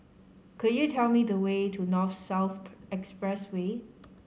could you tell me the way to North South Expressway